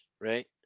right